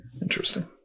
Interesting